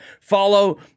follow